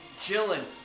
Chilling